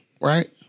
right